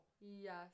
Yes